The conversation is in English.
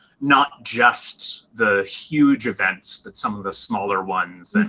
not just the huge events, but some of the smaller ones and,